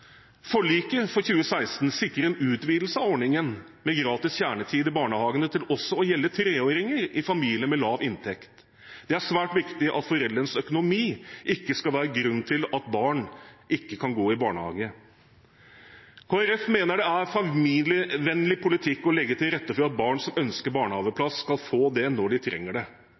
Forliket for 2016 sikrer en utvidelse av ordningen med gratis kjernetid i barnehagene til også å gjelde treåringer i familier med lav inntekt. Det er svært viktig at foreldrenes økonomi ikke skal være grunn til at barn ikke kan gå i barnehage. Kristelig Folkeparti mener det er familievennlig politikk å legge til rette for at barn som ønsker